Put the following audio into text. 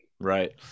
Right